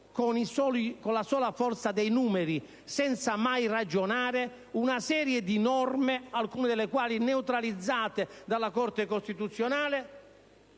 con la sola forza dei numeri, senza mai ragionare, una serie di norme, alcune delle quali neutralizzate dalla Corte costituzionale: